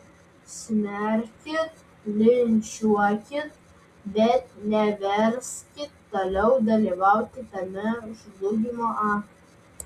smerkit linčiuokit bet neverskit toliau dalyvauti tame žlugimo akte